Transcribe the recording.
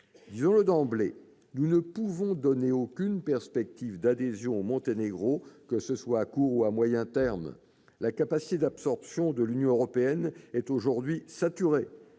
Disons-le d'emblée, nous ne pouvons donner aucune perspective d'adhésion au Monténégro, que ce soit à court ou à moyen terme. La capacité d'absorption de l'Union européenne est aujourd'hui saturée,